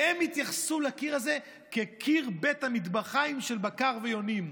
והם התייחסו לקיר הזה כקיר בית המטבחיים של בקר ויונים.